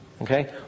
Okay